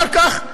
אחר כך,